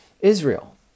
Israel